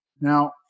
Now